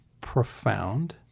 profound